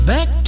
Back